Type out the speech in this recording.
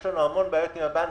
יש לנו המון בעיות עם הבנקים.